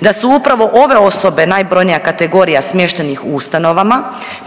da su upravo ove osobe najbrojnija kategorija smještenih u ustanovama,